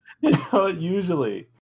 usually